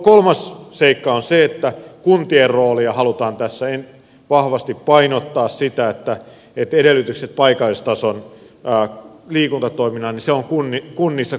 kolmas seikka on se että kuntien roolia halutaan tässä vahvasti painottaa sitä että edellytykset paikallistason liikuntatoimintaan ovat kuitenkin kunnissa